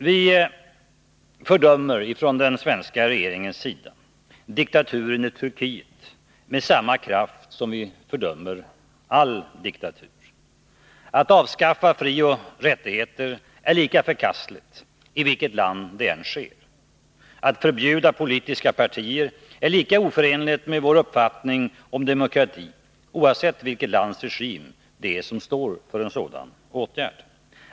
Vi fördömer från den svenska regeringens sida diktaturen i Turkiet med samma kraft som vi fördömer all diktatur. Att avskaffa frioch rättigheter är lika förkastligt i vilket land det än sker. Att förbjuda politiska partier är lika oförenligt med vår uppfattning om demokrati, oavsett vilket lands regim det är som står för en sådan åtgärd.